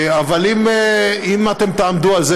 אבל אם אתם תעמדו על זה,